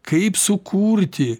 kaip sukurti